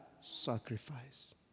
sacrifice